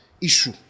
issue